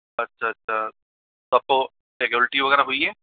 अच्छा अच्छा तो आपको उल्टी वगैरह हुई है